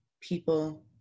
people